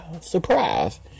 surprise